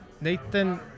Nathan